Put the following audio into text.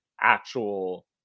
actual